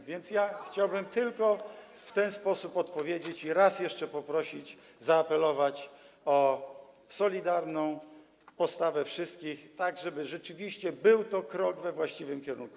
A więc chciałbym tylko w ten sposób odpowiedzieć i raz jeszcze poprosić, zaapelować o solidarną postawę wszystkich, tak żeby rzeczywiście był to krok we właściwym kierunku.